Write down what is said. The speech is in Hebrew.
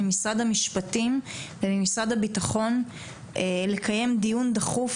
ממשרד המשפטים וממשרד הבטחון לקיים דיון דחוף